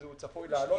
וזה עוד צפוי לעלות.